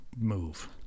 Move